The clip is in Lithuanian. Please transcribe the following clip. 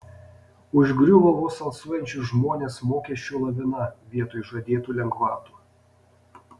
užgriuvo vos alsuojančius žmones mokesčių lavina vietoj žadėtų lengvatų